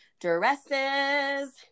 dresses